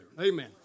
Amen